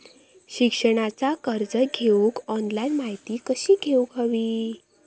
शिक्षणाचा कर्ज घेऊक ऑनलाइन माहिती कशी घेऊक हवी?